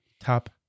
top